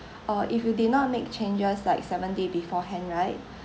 uh if you did not make changes like seven day beforehand right